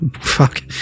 Fuck